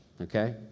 okay